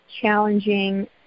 challenging